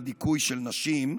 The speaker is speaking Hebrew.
לדיכוי של נשים.